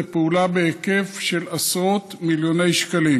זו פעולה בהיקף של עשרות מיליוני שקלים.